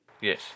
yes